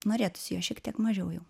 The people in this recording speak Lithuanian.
norėtųsi jo šiek tiek mažiau jau